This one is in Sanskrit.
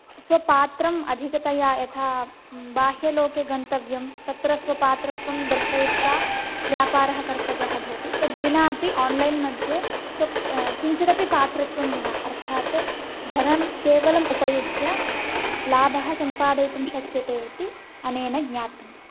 स्वपात्रम् अधिकतया यथा बाह्यलोके गन्तव्यं तत्र स्वपात्रत्वं दर्शयित्वा व्यापारः कर्तव्यः भवति तद्विनापि अन्लैन् मध्ये किञ्चिदपि पात्रत्वं विना अर्थात् धनं केवलम् उपयुज्य लाभः सम्पादयितुं शक्यते इति अनने ज्ञातं